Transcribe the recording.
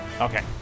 Okay